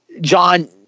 John